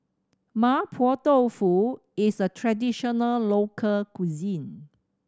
Mapo Tofu is a traditional local cuisine